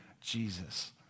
Jesus